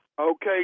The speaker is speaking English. Okay